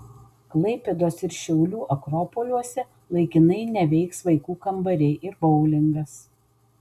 klaipėdos ir šiaulių akropoliuose laikinai neveiks vaikų kambariai ir boulingas